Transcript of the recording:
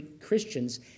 Christians